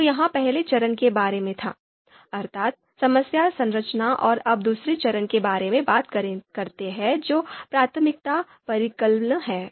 तो यह पहले चरण के बारे में था अर्थात् समस्या संरचना और अब दूसरे चरण के बारे में बात करते हैं जो प्राथमिकता परिकलन है